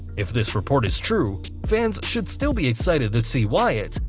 if this report is true, fans should still be excited to see wyatt,